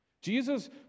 Jesus